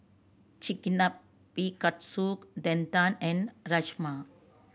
Chigenabe Katsu Tendon and Rajma